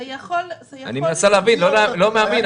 זה יכול --- אני מנסה להבין, לא להאמין.